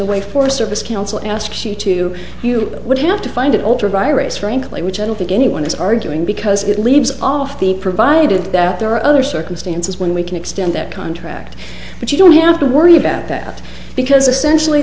the way for service council asks you to you would have to find an altar virus frankly which i don't think anyone is arguing because it leaves off the provided that there are other circumstances when we can extend that contract but you don't have to worry about that because essentially